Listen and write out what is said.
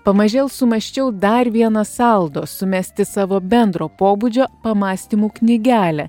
pamažėl sumąsčiau dar viena saldo sumesti savo bendro pobūdžio pamąstymų knygelę